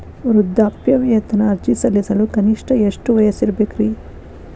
ವೃದ್ಧಾಪ್ಯವೇತನ ಅರ್ಜಿ ಸಲ್ಲಿಸಲು ಕನಿಷ್ಟ ಎಷ್ಟು ವಯಸ್ಸಿರಬೇಕ್ರಿ?